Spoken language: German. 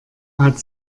hat